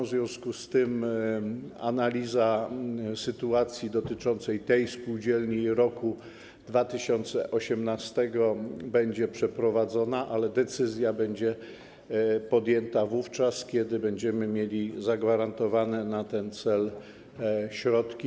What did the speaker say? W związku z tym analiza sytuacji dotyczącej tej spółdzielni i roku 2018 będzie przeprowadzona, ale decyzja będzie podjęta wówczas, kiedy będziemy mieli zagwarantowane na ten cel środki.